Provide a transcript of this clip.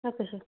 okay sir